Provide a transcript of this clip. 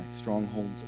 Strongholds